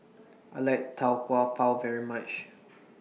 I like Tau Kwa Pau very much